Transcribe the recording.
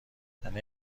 یعنی